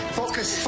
focus